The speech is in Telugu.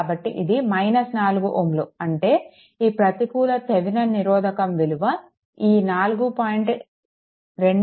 కాబట్టి ఇది 4 Ω అంటే ఈ ప్రతికూల థెవెనిన్ నిరోధకం విలువ ఈ 4